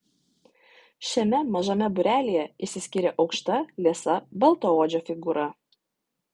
šiame mažame būrelyje išsiskyrė aukšta liesa baltaodžio figūra